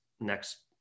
next